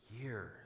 years